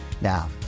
Now